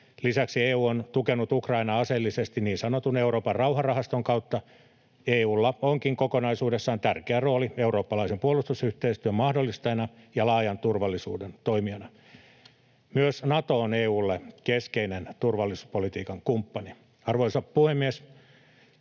Lisäksi EU on tukenut Ukrainaa aseellisesti niin sanotun Euroopan rauhanrahaston kautta. EU:lla onkin kokonaisuudessaan tärkeä rooli eurooppalaisen puolustusyhteistyön mahdollistajana ja laajan turvallisuuden toimijana. Myös Nato on EU:lle keskeinen turvallisuuspolitiikan kumppani. Arvoisa puhemies!